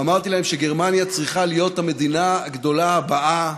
ואמרתי להם שגרמניה צריכה להיות המדינה הגדולה הבאה